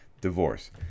Divorce